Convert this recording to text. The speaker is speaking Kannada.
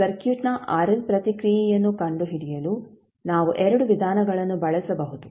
ಸರ್ಕ್ಯೂಟ್ನ ಆರ್ಎಲ್ ಪ್ರತಿಕ್ರಿಯೆಯನ್ನು ಕಂಡುಹಿಡಿಯಲು ನಾವು 2 ವಿಧಾನಗಳನ್ನು ಬಳಸಬಹುದು